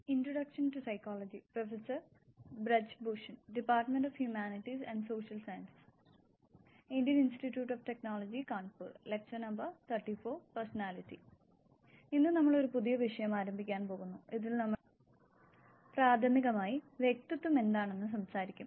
ഇന്ന് നമ്മൾ ഒരു പുതിയ വിഷയം ആരംഭിക്കാൻ പോകുന്നു ഇതിൽ നമ്മൾ പ്രാഥമികമായി വ്യക്തിത്വം എന്താണെന്ന് സംസാരിക്കും